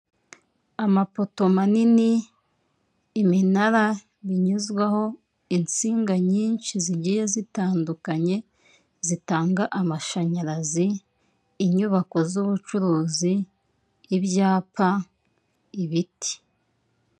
Amapoto manini, iminara binyuzwaho insinga nyinshi zigiye zitandukanye zitanga amashanyarazi, inyubako z'ubucuruzi, ibyapa, ibiti.